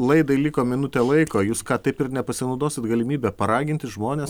laidai liko minutė laiko jūs ką taip ir nepasinaudosit galimybe paraginti žmones